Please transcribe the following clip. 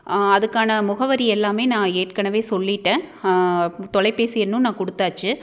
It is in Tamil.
அதுக்கான முகவரி எல்லாம் நான் ஏற்கனவே சொல்லிட்டேன் தொலைபேசி எண்ணும் நான் கொடுத்தாச்சி